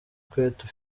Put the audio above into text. kwetu